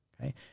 Okay